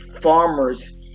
farmers